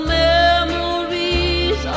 memories